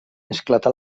esclatar